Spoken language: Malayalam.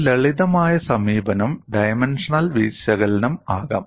ഒരു ലളിതമായ സമീപനം ഡൈമൻഷണൽ വിശകലനം ആകാം